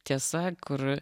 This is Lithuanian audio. tiesa kur